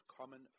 common